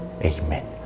Amen